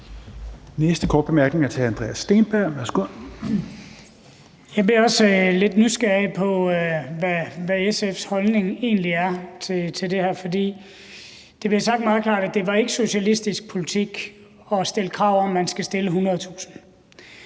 Steenberg. Værsgo. Kl. 17:08 Andreas Steenberg (RV): Jeg blev også lidt nysgerrig på, hvad SF's holdning til det her egentlig er, for det blev sagt meget klart, at det ikke var socialistisk politik at stille krav om, at man skal stille